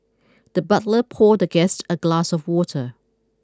the butler poured the guest a glass of water